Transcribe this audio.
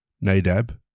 Nadab